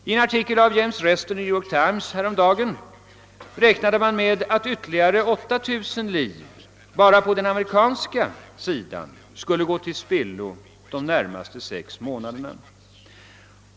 I en artikel av James Reston i New York Times häromdagen räknar man med att ytterligare 8000 liv enbart på den amerikanska sidan skulle gå till spillo de närmaste sex månaderna.